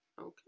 Okay